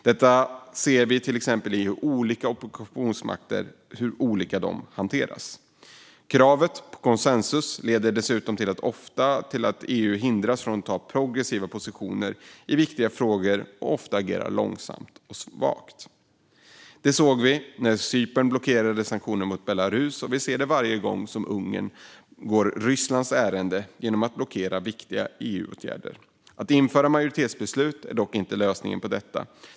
Detta ser vi till exempel i hur olika man hanterar olika ockupationsmakter. Kravet på konsensus leder dessutom till att EU ofta hindras från att inta progressiva positioner i viktiga frågor och ofta agerar långsamt och svagt. Det såg vi när Cypern blockerade sanktioner mot Belarus, och det ser vi varje gång Ungern går Rysslands ärenden genom att blockera viktiga EU-åtgärder. Att införa majoritetsbeslut är dock inte lösningen på detta.